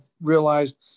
realized